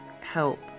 help